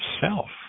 self